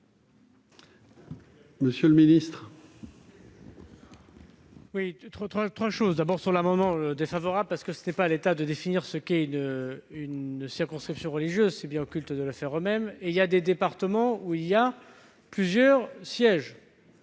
monsieur le ministre.